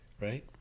right